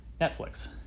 Netflix